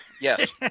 yes